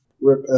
Rip